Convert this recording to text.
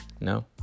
No